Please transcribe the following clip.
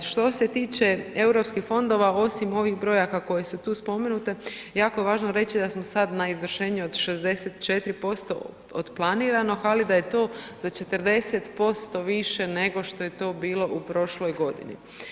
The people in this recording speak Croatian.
Što se tiče eu fondova osim ovih brojaka koje su tu spomenute jako je važno reći da smo sada na izvršenju od 64% od planiranog ali da je to za 40% više nego što je to bilo u prošloj godini.